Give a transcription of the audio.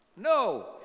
No